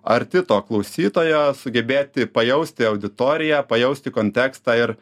arti to klausytojo sugebėti pajausti auditoriją pajausti kontekstą ir